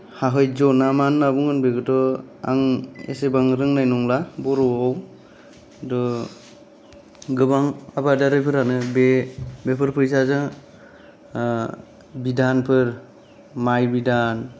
हाहाज्य' ना मा होनना बुंगोन बेखौथ' आं एसेबां रोंनाय नंला बर'आव खिन्थु गोबां आबादारिफोरानो बे बेफोर फैसाजों बिधानफोर माइ बिधान